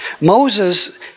Moses